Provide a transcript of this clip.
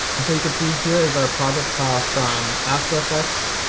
and so you can see here is our project file from after effects,